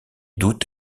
doute